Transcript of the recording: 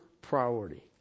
priority